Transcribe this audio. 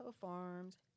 Farms